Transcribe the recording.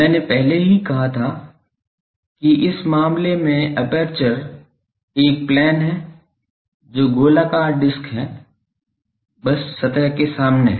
मैंने पहले ही कहा था कि इस मामले में एपर्चर एक प्लेन है जो गोलाकार डिस्क है बस सतह के सामने है